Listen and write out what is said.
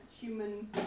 human